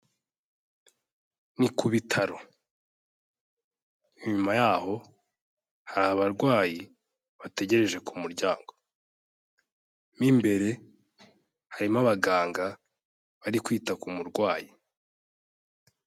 Ni ku bitaro. Nyuma yaho, hari abarwayi bategereje ku muryango. Mo imbere, harimo abaganga bari kwita ku murwayi.